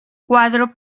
cuadro